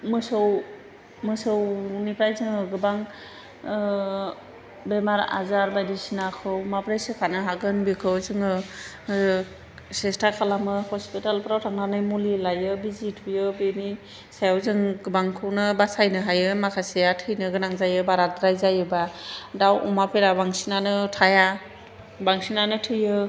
मोसौ मोसौनिफ्राय जोङो गोबां बेमार आजार बायदिसिनाखौ माब्रै सोखानो हागोन बेखौ जोङो सेस्था खालामो हस्पिटालफ्राव थांनानै मुलि लायो बिजि थुयो बिनि सायाव जों गोबांखौनो बासायनो हायो माखासेया थैनो गोनां जायो बाराद्राय जायोब्ला दाउ अमाफोरा बांसिनानो थाया बांसिनानो थैयो